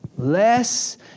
Less